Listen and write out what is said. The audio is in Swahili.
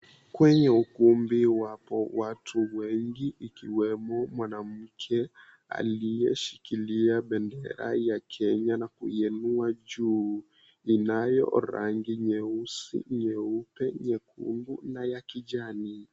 Kwenye ukumbi wapo kuna watu wengi ikiwemo mwanamke aliyeshikilia bendera ya Kenya na kiinuwa juu inayo rangi nyeusi, nyeupe, nyekundu na ya kijani.